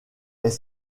est